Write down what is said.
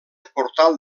portal